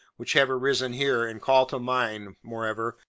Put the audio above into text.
which have arisen here, and call to mind, moreover,